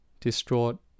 Distraught